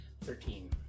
thirteen